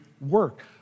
work